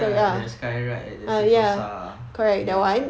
the sky ride at the sentosa ya